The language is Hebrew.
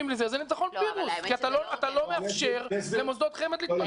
זה ניצחון פירוס כי אתה לא מאפשר למוסדות חמ"ד להתפתח.